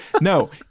No